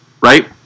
right